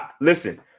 Listen